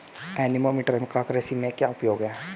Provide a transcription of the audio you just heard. Anemometer का कृषि में क्या उपयोग है?